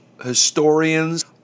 historians